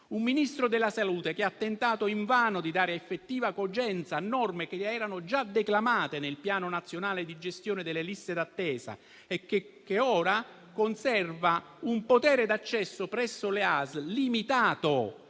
Il Ministro della salute ha tentato invano di dare effettiva cogenza a norme che erano già declamate nel piano nazionale di gestione delle liste d'attesa, che ora conserva un potere d'accesso presso le ASL, limitato